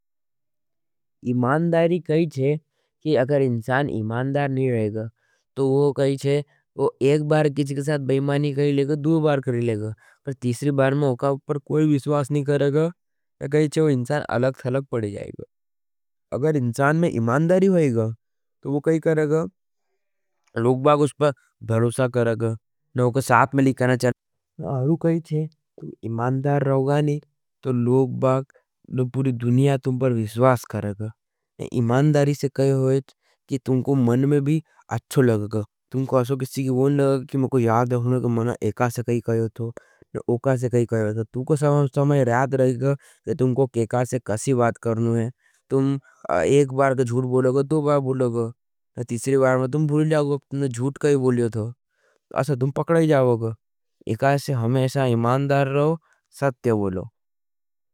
इमान्दारी कही छे कि अगर इन्सान इमान्दार नहीं रहेगा। तो वो कही छे वो एक बार किच के साथ बैमानी करे लेगा, दूयो बार करे लेगा, पर तीसरी बार में उका उपर कोई विश्वास नहीं करेगा। तो कही छे वो इंसान अलग थलग पड़े जाएगा। अगर इंसान में इमान्दारी होईगा। तो वो कही करेगा, लोगबाग उस पर भरोसा करेगा, नहों को साथ में लिखना चाहिए। आरु कही छे, तुम इमान्दार रहोगा नहीं। तो लोगबाग, तुम पुरी दुनिया तुम पर विश्वास करेगा। नहीं इमान्दार दिएकी में और पूरी दिनिया कुछ सज़्व थोगा। तुम को मननही में भी अच्छो लगगा, तुमको अशो किसि कि वोने लगगा। कि मैंको यार देखने था क एकासे कही कहियो थो। न उकासे कही कहियो थो तुमको समय रयात रहेगा। कि तुमको केकासे कसी बात करनू हज। तुम एक बार जूड बोलोगा दो बार बोलोगा न तीसरी बार में तुम भूली जाओगा। कि तुमने जूड कही बोलियो थो। तुम पकड़ा ही जाओगा एकासे हमेशा इमान दार रहो सत्य बोलो।